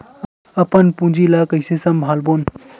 अपन पूंजी ला कइसे संभालबोन?